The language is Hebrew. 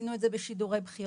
עשינו את זה בשידורי בחירות,